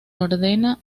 ordena